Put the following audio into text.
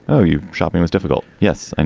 oh, you shopping was difficult. yes, and